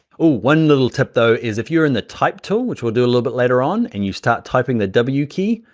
ah one little tip though is, if you're in the type tool, which we'll do a little bit later on, and you start typing the w key,